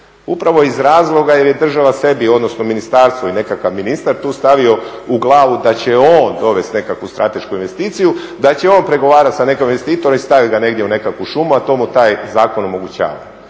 upravo iz razloga jer je država sebi odnosno ministarstvo i nekakav ministar tu stavio u glavu da će on dovesti nekakvu stratešku investiciju, da će on pregovarati sa nekakvim investitorom i staviti ga negdje u nekakvu šumu, a to mu taj zakon omogućava.